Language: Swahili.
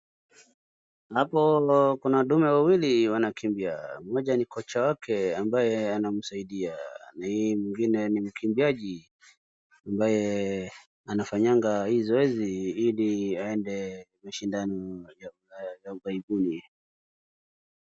hapo kuna ndume wawili wanakimbia mmoja ni kocha wake ambaye anamsaidia na mwingine ni mkimbiaji ambaye anafanya hii zoezi ili aende mashindano ya ughaibuni